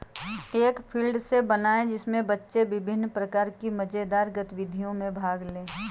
एक field day बनाएं जिसमें बच्चे विभिन्न प्रकार की मजेदार गतिविधियों में भाग लें